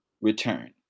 return